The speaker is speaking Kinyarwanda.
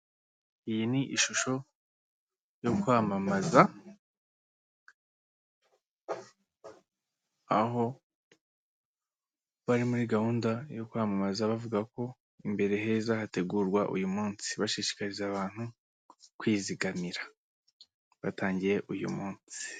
Iyi ni ishusho yo kwamamaza aho bari muri gahunda yo kwamamaza bavuga ko imbere heza hategurwa uyu munsi. Bashishikariza abantu kwizigamira. Batangiye uyu munsi.